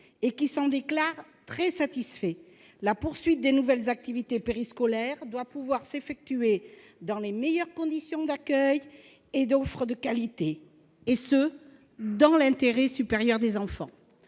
et qui s'en déclarent très satisfaits, la poursuite des nouvelles activités périscolaires doit pouvoir s'effectuer dans les meilleures conditions d'accueil, avec une offre de qualité, et ce dans l'intérêt supérieur des enfants.